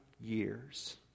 years